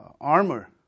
armor